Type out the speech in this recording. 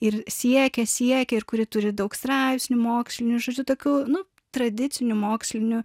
ir siekia siekia ir kuri turi daug straipsnių mokslinių žodžiu tokiu nu tradiciniu moksliniu